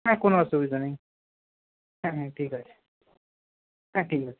হ্যাঁ কোনো অসুবিধা নেই হ্যাঁ হ্যাঁ ঠিক আছে হ্যাঁ ঠিক আছে